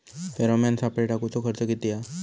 Pheromone सापळे टाकूचो खर्च किती हा?